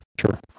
sure